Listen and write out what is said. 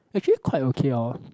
actually quite okay hor